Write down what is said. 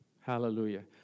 Hallelujah